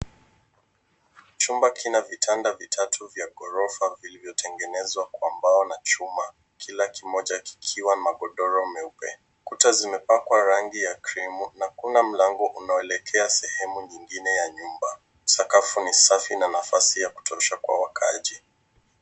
Chumba kina vitanda vitatu vya ghorofa vilivyotengenezwa kwa mbao na chuma, kila kimoja kikiwa na godoro jeupe. Kuta zimepakwa rangi ya cream na kuna mlango unaoelekea sehemu nyingine ya nyumba. Sakafu ni safi na kuna nafasi ya kutosha kwa wakazi.